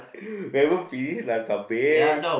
never finish like a big